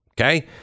Okay